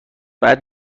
بعد